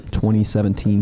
2017